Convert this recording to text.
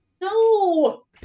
no